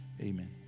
amen